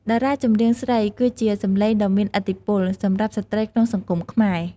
តារាចម្រៀងស្រីគឺជា សំឡេងដ៏មានឥទ្ធិពល សម្រាប់ស្ត្រីក្នុងសង្គមខ្មែរ។